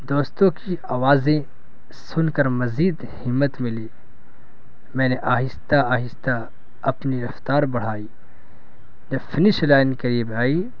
دوستوں کی آوازیں سن کر مزید ہمت ملی میں نے آہستہ آہستہ اپنی رفتار بڑھائی جب فنش لائن قریب آئی